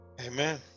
Amen